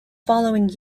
following